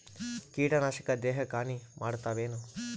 ಕೀಟನಾಶಕ ದೇಹಕ್ಕ ಹಾನಿ ಮಾಡತವೇನು?